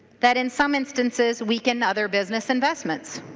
that in some instances we can other business investment.